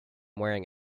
wearing